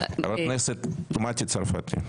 חברת הכנסת מטי צרפתי.